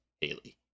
Haley